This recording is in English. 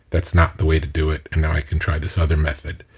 that's not the way to do it and now i can try this other method.